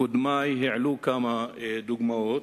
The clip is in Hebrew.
קודמי העלו כמה דוגמאות,